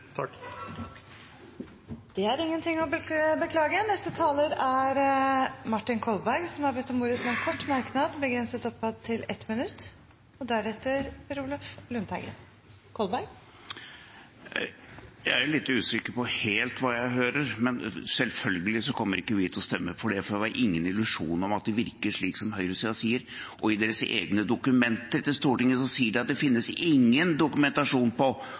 er ingenting å beklage. Representanten Martin Kolberg har hatt ordet to ganger tidligere og får ordet til en kort merknad, begrenset til 1 minutt. Jeg er litt usikker på hva jeg hører, men selvfølgelig kommer vi ikke til å stemme for det, for vi har ingen illusjoner om at det virker slik som høyresiden sier. I deres egne dokumenter til Stortinget sier de at det finnes ingen dokumentasjon på